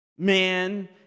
Man